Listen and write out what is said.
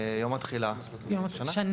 יום התחילה, שנה.